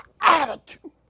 attitude